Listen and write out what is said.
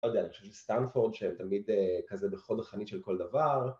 לא יודע, אני חושב שסטנפורד שהם תמיד כזה בחוד חנית של כל דבר..